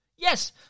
Yes